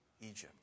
Egypt